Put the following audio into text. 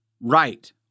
Right